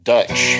Dutch